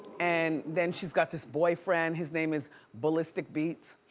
and then she's got this boyfriend. his name is ballistic beats.